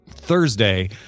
thursday